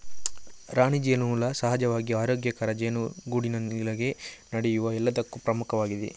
ರಾಣಿ ಜೇನುಹುಳ ಸಹಜವಾಗಿ ಆರೋಗ್ಯಕರ ಜೇನುಗೂಡಿನೊಳಗೆ ನಡೆಯುವ ಎಲ್ಲದಕ್ಕೂ ಪ್ರಮುಖವಾಗಿದೆ